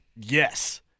yes